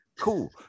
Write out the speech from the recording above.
Cool